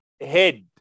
head